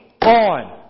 on